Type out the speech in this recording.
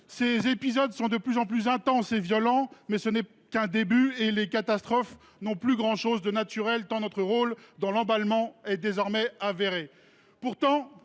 épisodes sont de plus en plus intenses et violents, mais ce n’est qu’un début. En outre, les catastrophes n’ont plus grand chose de naturel, tant notre rôle dans l’emballement est désormais avéré.